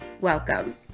Welcome